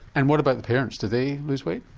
and what about the parents, did they lose weight?